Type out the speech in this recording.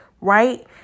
right